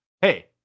Hey